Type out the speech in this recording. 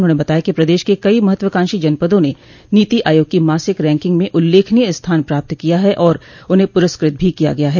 उन्होंने बताया कि प्रदेश के कई महत्वाकांक्षी जनपदों ने नीति आयोग की मासिक रैंकिग में उल्लेखनीय स्थान प्राप्त किया है और उन्हें पुरस्कृत भी किया गया है